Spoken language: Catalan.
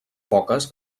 poques